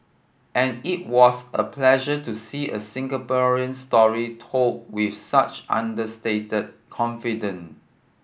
and it was a pleasure to see a Singaporean story told with such understated confidence